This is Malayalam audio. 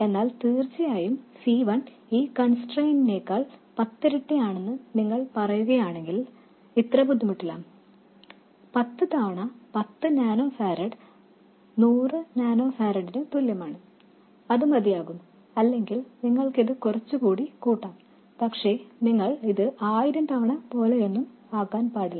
എന്നാൽ തീർച്ചയായും C 1 ഈ നിയന്ത്രണങ്ങളേക്കാൾ പത്തിരട്ടി ആണെന്ന് നിങ്ങൾ പറയുകയാണെങ്കിൽ ഇത്ര ബുദ്ധിമുട്ടില്ല പത്ത് തവണ 10 നാനോ ഫാരഡ് 100 നാനോ ഫാരഡിന് തുല്യമാണ് അത് മതിയാകും അല്ലെങ്കിൽ നിങ്ങൾക്കിത് കുറച്ചുകൂടി കൂട്ടാം പക്ഷേ നിങ്ങൾ ഇത് ആയിരം തവണ പോലെയൊന്നും ആക്കാൻ പാടില്ല